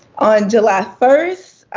on july first,